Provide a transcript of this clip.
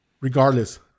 Regardless